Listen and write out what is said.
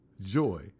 joy